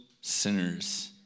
sinners